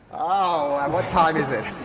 oh, what time is it?